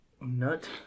Nut